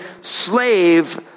slave